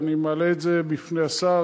ואני מעלה את זה בפני השר,